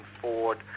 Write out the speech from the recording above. Ford